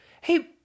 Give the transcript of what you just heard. hey